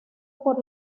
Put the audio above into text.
por